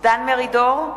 דן מרידור,